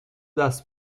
دست